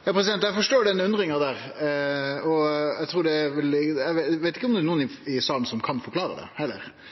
Eg forstår den undringa, og eg veit heller ikkje om det er nokon i salen som kan forklare det. Det som var utgangspunktet, er at ein dispensasjon er knytt til kommunar der det